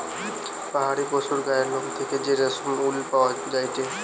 পাহাড়ি পশুর গায়ের লোম থেকে যে রেশমি উল পাওয়া যায়টে